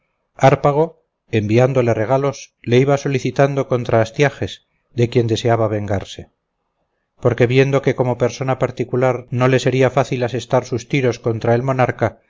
iguales hárpago enviándole regalos le iba solicitando contra astiages de quien deseaba vengarse porque viendo que como persona particular no le sería fácil asestar sus tiros contra el monarca